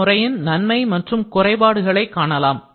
இந்த முறையின் நன்மை மற்றும் குறைபாடுகளை காணலாம்